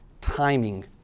timing